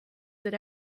that